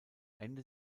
ende